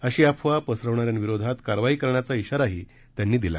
अशी अफवा पसरवणाऱ्यांविरोधात कारवाई करण्याचा शिवाही त्यांनी दिला